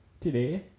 Today